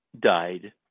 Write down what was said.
died